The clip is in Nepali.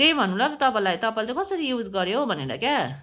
त्यही भन्नुलाई पो तपाईँलाई तपाईँले चाहिँ कसरी युज गऱ्यो हौ भनेर क्या